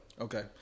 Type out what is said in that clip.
Okay